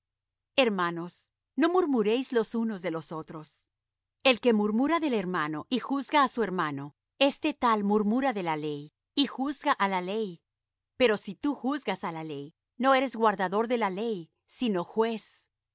hermanos no murmuréis los unos de los otros el que murmura del hermano y juzga á su hermano este tal murmura de la ley y juzga á la ley pero si tú juzgas á la ley no eres guardador de la ley sino juez